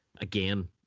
Again